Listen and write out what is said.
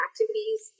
activities